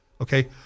Okay